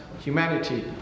humanity